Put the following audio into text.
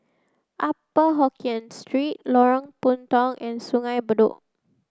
Upper Hokkien Street Lorong Puntong and Sungei Bedok